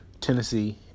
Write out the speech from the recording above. Tennessee